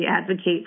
advocate